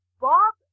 Bob